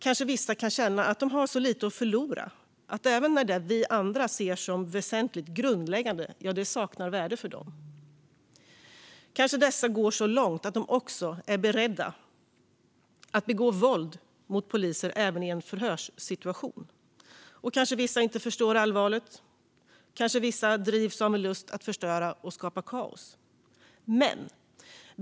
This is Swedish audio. Kanske vissa kan känna att de har så lite att förlora att även det som vi andra ser som väsentligt grundläggande saknar värde för dem. Kanske dessa går så långt att de också är beredda att begå våld mot poliser även i en förhörssituation. Kanske vissa inte förstår allvaret. Kanske vissa drivs av en lust att förstöra och skapa kaos.